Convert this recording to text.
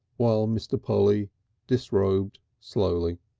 while mr. polly disrobed slowly.